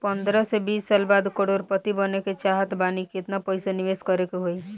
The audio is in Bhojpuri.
पंद्रह से बीस साल बाद करोड़ पति बने के चाहता बानी केतना पइसा निवेस करे के होई?